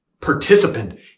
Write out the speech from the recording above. participant